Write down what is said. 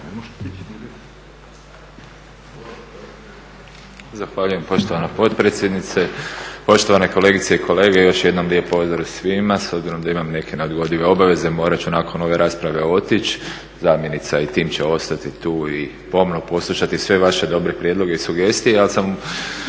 Zahvaljujem poštovana potpredsjednice, poštovane kolegice i kolege. Još jednom lijep pozdrav svima s obzirom da imam neke neodgodive obaveze morat ću nakon ove rasprave otići, zamjenica i tim će ostati tu i pomno poslušati sve vaše dobre prijedloge i sugestije.